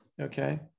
okay